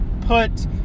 put